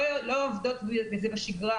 לא עובדות בזה בשגרה,